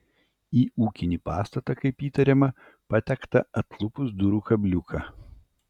į ūkinį pastatą kaip įtariama patekta atlupus durų kabliuką